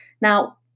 Now